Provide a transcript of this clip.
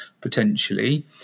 potentially